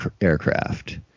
aircraft